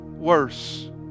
worse